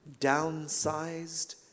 downsized